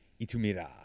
Itumira